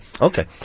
Okay